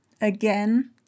Again